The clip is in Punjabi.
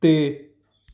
ਤੇ